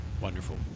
Wonderful